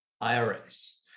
IRAs